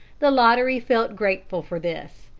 the lottery felt grateful for this,